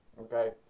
okay